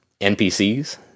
NPCs